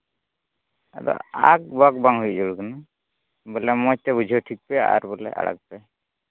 ᱟᱫᱚ ᱟᱠᱼᱵᱟᱸᱠ ᱵᱟᱝ ᱵᱩᱡᱷᱟᱹᱣ ᱠᱟᱱᱟ ᱵᱚᱞᱮ ᱢᱚᱡᱽ ᱛᱮ ᱵᱩᱡᱷᱟᱹᱣ ᱴᱷᱤᱠ ᱯᱮ ᱟᱨ ᱵᱚᱞᱮ ᱟᱲᱟᱜᱽ ᱯᱮ